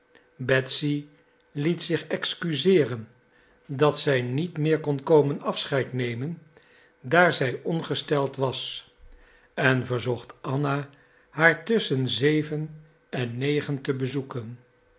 betsy liet zich excuseeren dat zij niet meer kon komen afscheid nemen daar zij ongesteld was en verzocht anna haar tusschen zeven en negen te bezoeken